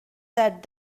said